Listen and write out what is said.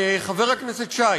חבר הכנסת שי,